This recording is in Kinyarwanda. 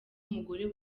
umugore